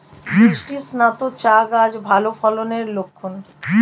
বৃষ্টিস্নাত চা গাছ ভালো ফলনের লক্ষন